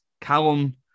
Callum